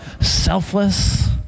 selfless